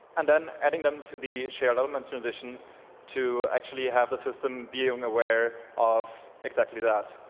and then adding them to the shared element transition to actually have the system being aware of exactly that.